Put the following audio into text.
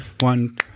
one